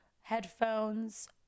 headphones